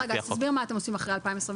אז תסביר, מה אתם עושים אחרי 2022?